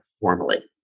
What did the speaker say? formally